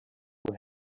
who